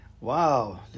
wow